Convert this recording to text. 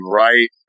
right